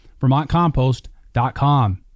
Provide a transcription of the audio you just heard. VermontCompost.com